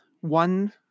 one